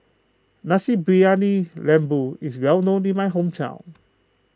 Nasi Briyani Lembu is well known in my hometown